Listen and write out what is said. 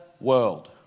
world